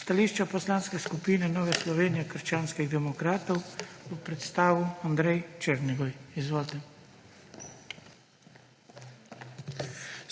Stališče Poslanske skupine Nove Slovenije – krščanski demokrati bo predstavil Andrej Černigoj. Izvolite.